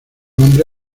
nombre